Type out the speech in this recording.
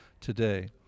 today